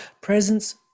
presence